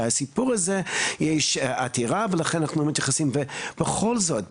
שלסיפור הזה יש עתירה ולכן אנחנו לא מתייחסים ובכל זאת,